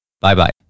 bye-bye